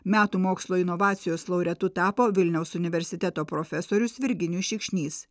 metų mokslo inovacijos laureatu tapo vilniaus universiteto profesorius virginijus šikšnys